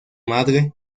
madre